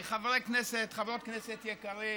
מחליפים.